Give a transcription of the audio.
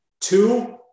two